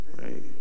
right